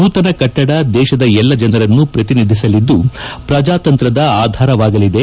ನೂತನ ಕಟ್ಟಡ ದೇಶದ ಎಲ್ಲ ಜನರನ್ನು ಪ್ರತಿನಿಧಿಸಲಿದ್ದು ಪ್ರಜಾತಂತ್ರದ ಆಧಾರವಾಗಲಿದೆ